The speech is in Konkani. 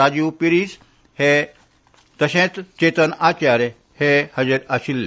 राजीव पिरीस तशेंच चेतन आचार्य हाजीर आशिल्ले